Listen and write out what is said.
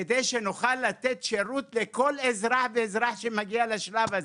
כדי שנוכל לתת שירות לכל אזרח ואזרח שמגיע לשלב הזה,